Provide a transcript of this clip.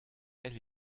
elle